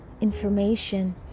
information